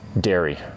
Dairy